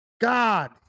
God